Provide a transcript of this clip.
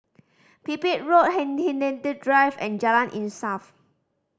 Pipit Road Hindhede Drive and Jalan Insaf